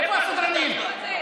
איפה הסדרנים?